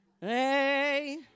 Hey